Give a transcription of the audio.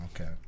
Okay